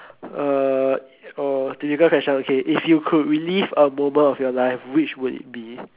uh oh difficult question okay if you could relive a moment of your life which would it be